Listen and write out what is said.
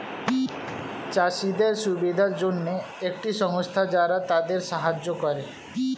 চাষীদের সুবিধার জন্যে একটি সংস্থা যারা তাদের সাহায্য করে